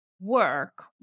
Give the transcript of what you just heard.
work